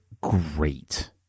great